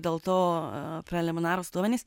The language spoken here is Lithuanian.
dėl to preliminarūs duomenys